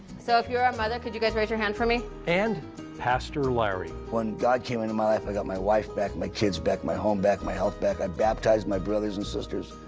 so if you're a mother, could you guys raise your hand for me? and pastor larry. when god came into my life i got wife back, my kids back, my home back, my health back. i baptized my brothers and sisters.